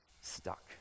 stuck